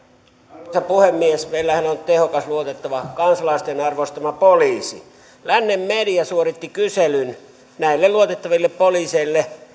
arvoisa puhemies meillähän on tehokas luotettava ja kansalaisten arvostama poliisi lännen media suoritti kyselyn näille luotettaville poliiseille